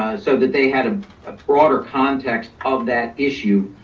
so that they had a ah broader context of that issue.